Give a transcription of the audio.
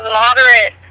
moderate